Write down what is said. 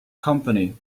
company